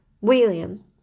William